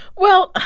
well,